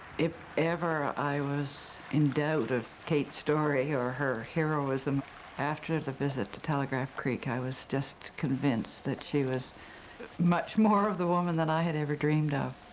if ever i was in doubt of kate's story or her heroism after the visit to telegraph creek i was just convinced that she was much more of the woman than i had ever dreamed of.